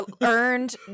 earned